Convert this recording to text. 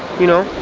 you know,